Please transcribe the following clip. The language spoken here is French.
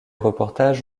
reportages